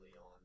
on